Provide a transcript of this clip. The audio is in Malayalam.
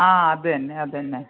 ആ അതുതന്നെ അതുതന്നെ